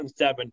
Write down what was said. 2007